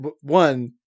one